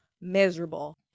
miserable